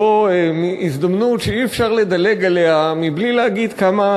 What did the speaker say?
זו הזדמנות שאי-אפשר לדלג עליה מבלי להגיד כמה